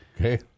Okay